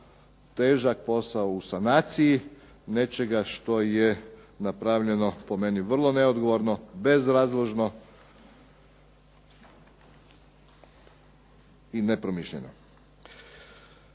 težak posao u sanaciji nečega što je po meni napravljeno vrlo neodgovorno, bezrazložno i nepromišljeno.